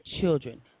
children